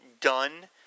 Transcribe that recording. done